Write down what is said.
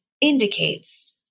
indicates